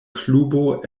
klubo